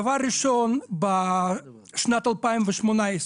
דבר ראשון, בשנת 2018,